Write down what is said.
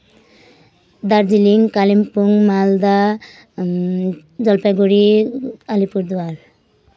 Darjeeling Kalimpong Malda Jalpaiguri Alipurduar